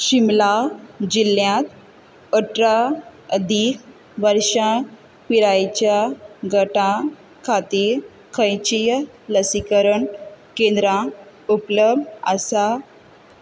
शिमला जिल्ल्यांत अठरा अधीक वर्सा पिरायेच्या गटा खातीर खंयचींय लसीकरण केंद्रां उपलब्ध आसा